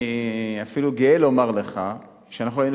אני אפילו גאה לומר לך שאנחנו היינו